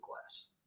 class